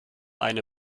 eine